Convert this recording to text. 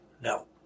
No